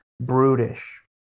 brutish